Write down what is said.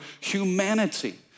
humanity